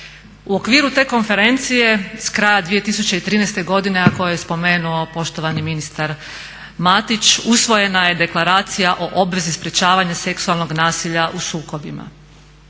U okviru te konferencije s kraja 2013. godine a koje je spomenuo poštovani ministar Matić usvojena je Deklaracija o obvezi sprječavanja seksualnog nasilja u sukobima.